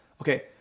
Okay